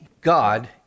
God